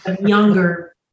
Younger